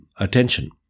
attention